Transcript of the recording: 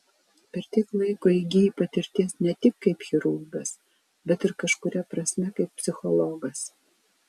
per tiek laiko įgyji patirties ne tik kaip chirurgas bet ir kažkuria prasme kaip psichologas